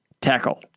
Tackle